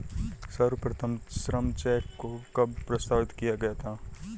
सर्वप्रथम श्रम चेक को कब प्रस्तावित किया गया था?